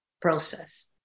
process